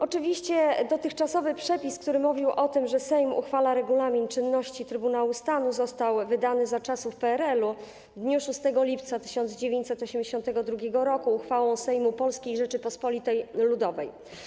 Oczywiście dotychczasowy przepis, który mówił o tym, że Sejm uchwala regulamin czynności Trybunału Stanu, został wydany za czasów PRL-u, w dniu 6 lipca 1982 r., na mocy uchwały Sejmu Polskiej Rzeczypospolitej Ludowej.